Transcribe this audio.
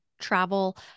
travel